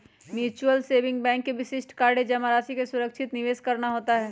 mutual saving bank का विशिष्ट कार्य जमा राशि का सुरक्षित निवेश करना होता है